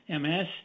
MS